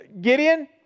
Gideon